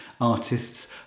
artists